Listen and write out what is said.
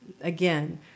again